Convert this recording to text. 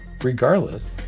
regardless